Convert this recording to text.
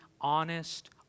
honest